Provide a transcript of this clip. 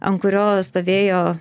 an kurio stovėjo